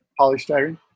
Polystyrene